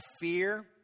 fear